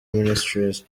ministries